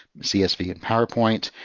csv, and powerpoint.